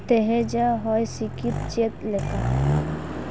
ᱛᱮᱦᱮᱧᱟᱜ ᱦᱚᱭ ᱦᱤᱥᱤᱫ ᱪᱮᱫ ᱞᱮᱠᱟ